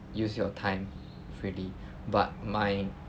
use your time freely but my